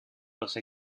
los